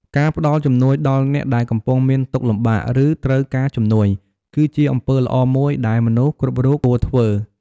ការផ្តល់ជំនួយដល់អ្នកដែលកំពុងមានទុក្ខលំបាក ឬត្រូវការជំនួយ គឺជាអំពើល្អមួយដែលមនុស្សគ្រប់រូបគួរធ្វើ។